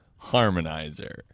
harmonizer